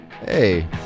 Hey